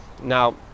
now